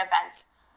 events